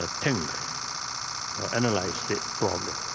ah think or analyze the problem,